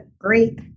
great